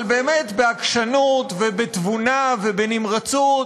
אבל באמת בעקשנות ובתבונה ובנמרצות